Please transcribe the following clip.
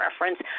reference